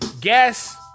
Guess